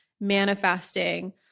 manifesting